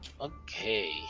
Okay